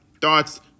thoughts